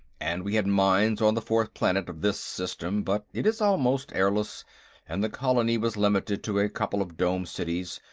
and we had mines on the fourth planet of this system, but it is almost airless and the colony was limited to a couple of dome-cities.